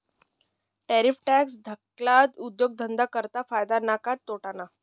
Tariff tax धाकल्ला उद्योगधंदा करता फायदा ना का तोटाना?